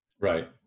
Right